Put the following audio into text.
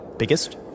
Biggest